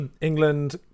England